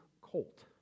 colt